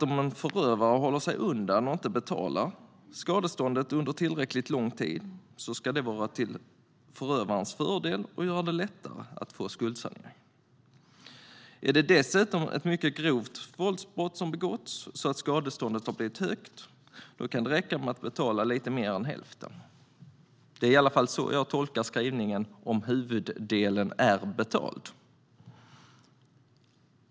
Om en förövare håller sig undan och inte betalar skadeståndet under tillräckligt lång tid ska det vara till förövarens fördel och göra det lättare att få skuldsanering. Är det dessutom fråga om ett mycket grovt våldsbrott så att skadeståndet har blivit högt kan det räcka med att betala lite mer än hälften. Det är i alla fall så jag tolkar skrivningen om att huvuddelen är betald.